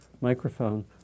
microphone